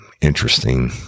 interesting